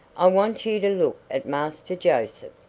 i want you to look at master joseph.